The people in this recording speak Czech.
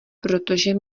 protože